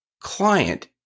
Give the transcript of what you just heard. client